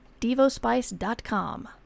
devospice.com